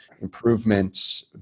improvements